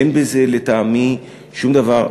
אין בזה, לטעמי, שום דבר.